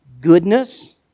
goodness